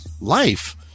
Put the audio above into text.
life